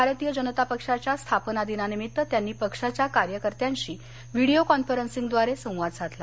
भारतीय जनता पक्षाच्या स्थापना दिनानिमित्त त्यांनी पक्षाच्या कार्यकर्त्यांशी व्हिडीओ कॉन्फरन्सद्वारे संवाद साधला